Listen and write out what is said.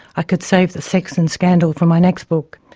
i could save the sex and scandal for my next book!